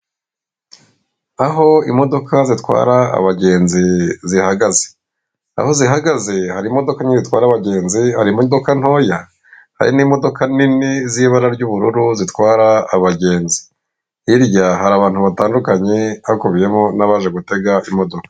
Aho imodoka zitwara abagenzi zihagaze. Aho zihagaze hari imodoka enye zitwara abagenzi, hari imodoka ntoya, hari n'imodoka nini z'ibara ry'ubururu zitwara abagenzi. Hirya hari abantu batandukanye, hakubiyemo n'abaje gutega imodoka.